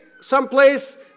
someplace